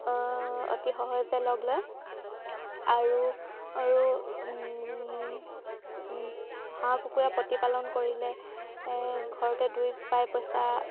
অতি সহজে লগ লয় আৰু আৰু হাঁহ কুকুৰা প্ৰতিপালন কৰিলে ঘৰতে দুই পাই পইচা